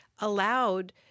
allowed